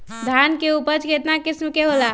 धान के उपज केतना किस्म के होला?